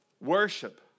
Worship